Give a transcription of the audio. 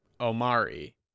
Omari